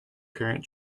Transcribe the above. current